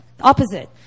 Opposite